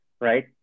right